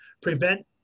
prevent